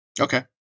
Okay